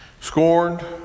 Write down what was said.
scorned